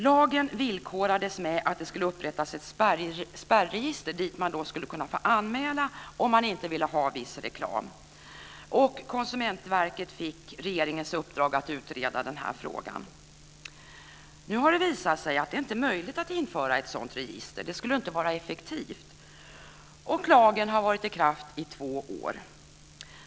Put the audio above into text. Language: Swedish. Lagen villkorades med att det skulle upprättas ett spärregister som man skulle kunna anmäla sig till om man inte ville ha viss reklam, och Konsumentverket fick regeringens uppdrag att utreda frågan. Nu har det visat sig att det inte är möjligt att införa ett sådant register - det skulle inte vara effektivt - och lagen har varit i kraft i två år.